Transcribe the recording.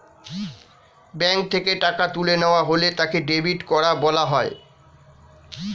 bank থেকে টাকা তুলে নেওয়া হলে তাকে ডেবিট করা বলা হয়